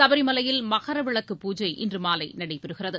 சபரிமலையில் மகரவிளக்கு பூஜை இன்று மாலை நடைபெறுகிறது